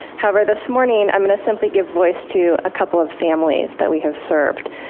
however, this morning, i'm going to simply give voice to a couple of families that we have served,